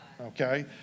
okay